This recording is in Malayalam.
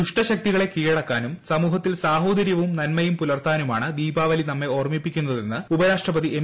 ദുഷ്ടശക്തികളെ കീഴടക്കാനും സമൂഹത്തിൽ സ്രൂഹോദര്യവും നന്മയും പുലർത്താനുമാണ് ദീപ്പാവലി നമ്മെ ഓർമിപ്പിക്കുന്നതെന്ന് ഉപരാഷ്ട്രപതി എം